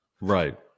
Right